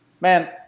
man